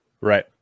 Right